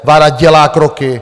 Vláda dělá kroky.